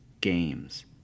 games